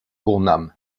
burnham